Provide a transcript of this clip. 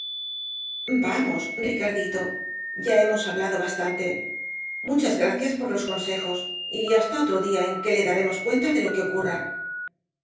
vamos ricardito ya hemos hablado bastante muchas gracias por los consejos y hasta otro día en que le daremos cuenta de lo que ocurra